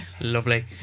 lovely